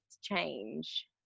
change